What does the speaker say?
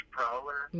Prowler